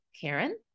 Karen